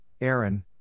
Aaron